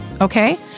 okay